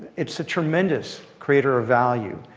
it's a tremendous creator of value.